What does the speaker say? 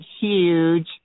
huge